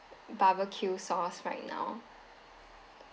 barbecue sauce right now